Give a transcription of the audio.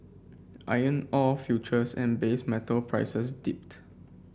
iron ore futures and base metal prices dipped